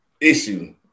issue